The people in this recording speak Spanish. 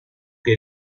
que